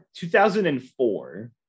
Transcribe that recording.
2004